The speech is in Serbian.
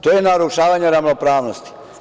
To je narušavanje ravnopravnosti.